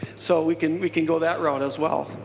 so we can we can go that route as well.